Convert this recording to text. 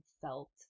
felt